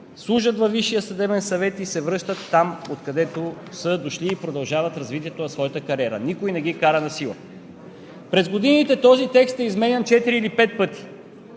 служат във Висшия съдебен съвет и се връщат там, откъдето са дошли и продължават развитието на своята кариера. Никой не ги кара насила. През годините този текст е изменян четири или